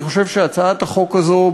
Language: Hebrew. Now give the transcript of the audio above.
אני חושב שהצעת החוק הזאת,